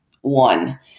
one